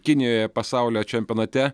kinijoje pasaulio čempionate